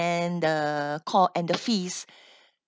the co~ and the fees